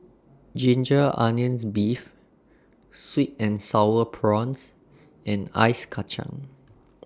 Ginger Onions Beef Sweet and Sour Prawns and Ice Kacang